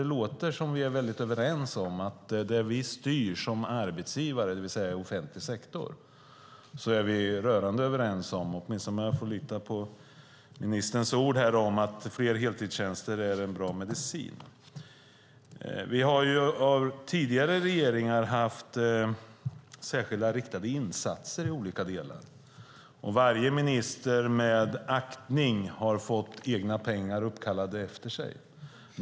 Det låter som att vi är rörande överens om detta när det gäller det vi styr som arbetsgivare, det vill säga den offentliga sektorn, åtminstone om jag får lita på ministerns ord om att fler heltidstjänster är en bra medicin. Tidigare regeringar har haft särskilda riktade insatser i olika delar. Varje minister med aktning har fått egna pengar uppkallade efter sig.